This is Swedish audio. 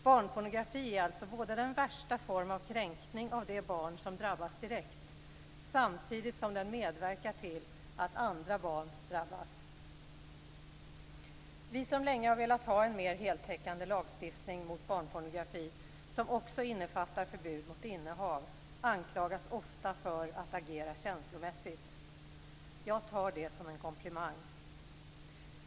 Barnpornografi är alltså den värsta formen av kränkning av det barn som drabbas direkt samtidigt som den medverkar till att andra barn drabbas. Vi som länge har velat ha en mer heltäckande lagstiftning mot barnpornografi, som också innefattar förbud mot innehav anklagas ofta för att agera känslomässigt. Jag tar det som en komplimang.